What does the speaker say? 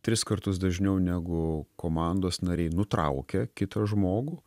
tris kartus dažniau negu komandos nariai nutraukia kitą žmogų